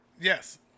Yes